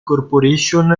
corporation